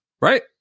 right